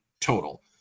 total